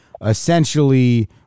essentially